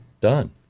done